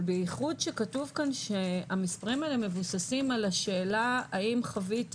ובייחוד שכתוב שהם מבוססים על השאלה האם חווית